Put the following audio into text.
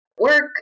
work